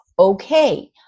okay